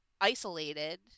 isolated